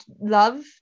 love